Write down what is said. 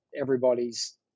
everybody's